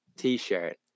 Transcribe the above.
t-shirt